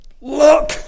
look